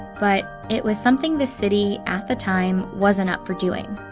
but it was something the city, at the time, wasn't up for doing.